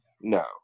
no